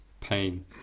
Pain